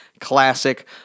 Classic